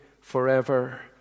forever